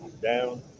down